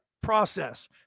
process